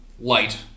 light